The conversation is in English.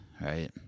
right